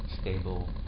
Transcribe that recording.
stable